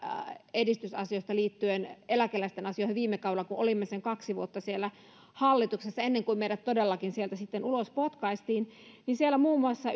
edistysaskelista liittyen eläkeläisten asioihin viime kaudella kun olimme sen kaksi vuotta siellä hallituksessa ennen kuin meidät todellakin sieltä sitten ulos potkaistiin silloin muun muassa